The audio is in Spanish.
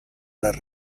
las